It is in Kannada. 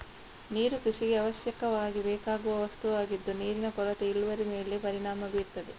ನೀರು ಕೃಷಿಗೆ ಅವಶ್ಯಕವಾಗಿ ಬೇಕಾಗುವ ವಸ್ತುವಾಗಿದ್ದು ನೀರಿನ ಕೊರತೆ ಇಳುವರಿ ಮೇಲೆ ಪರಿಣಾಮ ಬೀರ್ತದೆ